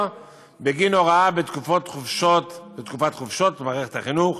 בגין הוראה בתקופת חופשות במערכת החינוך,